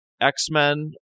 X-Men